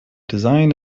design